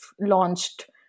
launched